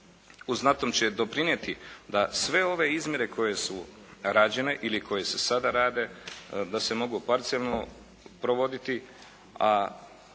u znatnom će doprinijeti da sve ove izmjere koje su rađene ili koje se sada rade da se mogu parcijalno provoditi